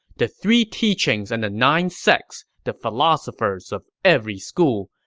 the three teachings and the nine sects the philosophers of every school.